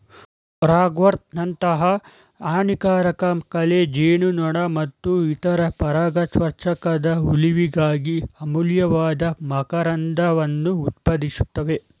ರಾಗ್ವರ್ಟ್ನಂತಹ ಹಾನಿಕಾರಕ ಕಳೆ ಜೇನುನೊಣ ಮತ್ತು ಇತರ ಪರಾಗಸ್ಪರ್ಶಕದ ಉಳಿವಿಗಾಗಿ ಅಮೂಲ್ಯವಾದ ಮಕರಂದವನ್ನು ಉತ್ಪಾದಿಸ್ತವೆ